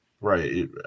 right